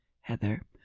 Heather